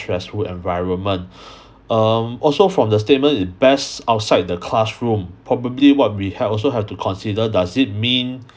stressful environment um also from the statement it's best outside the classroom probably what we have also have to consider does it mean